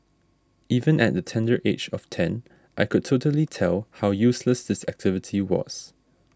even at the tender age of ten I could totally tell how useless this activity was